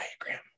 diagram